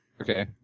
Okay